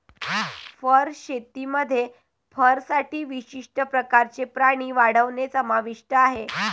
fur शेतीमध्ये फरसाठी विशिष्ट प्रकारचे प्राणी वाढवणे समाविष्ट आहे